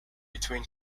between